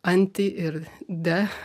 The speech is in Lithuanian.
anti ir de